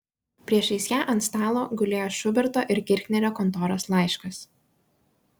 priešais ją ant stalo gulėjo šuberto ir kirchnerio kontoros laiškas